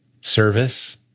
service